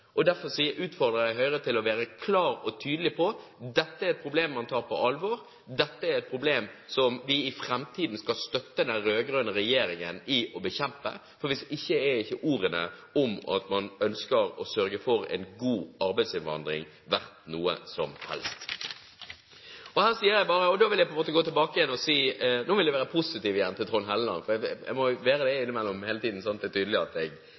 Derfor utfordrer jeg Høyre til å være klar og tydelig på: Dette er et problem man tar på alvor. Dette er et problem som vi i framtiden skal støtte den rød-grønne regjeringen i å bekjempe, for hvis ikke er ikke ordene om at man ønsker å sørge for en god arbeidsinnvandring, verdt noe som helst. Da vil jeg gå tilbake igjen og si – nå vil jeg være positiv igjen overfor Trond Helleland, for jeg må jo være det innimellom, sånn at det er tydelig at jeg